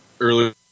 earlier